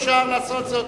אפשר לעשות זאת.